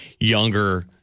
younger